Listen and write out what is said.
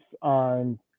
on